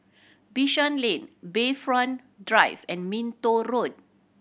Bishan Lane Bayfront Drive and Minto Road